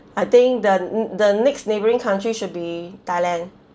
I think the the next neighbouring countries should be thailand